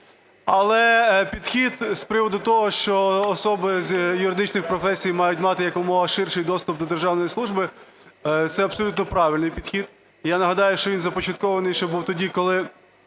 Але підхід з приводу того, що особи з юридичних професій мають мати якомога ширший доступ до державної служби – це абсолютно правильний підхід. І я нагадаю, що він започаткований ще був тоді, коли